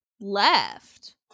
left